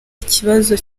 ikibazo